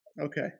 Okay